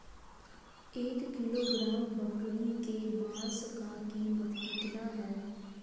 एक किलोग्राम बकरी के मांस का कीमत कितना है?